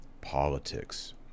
politics